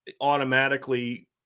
automatically